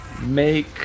Make